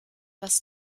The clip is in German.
was